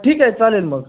ठीक आहे चालेल मग